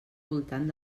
voltant